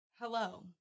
Hello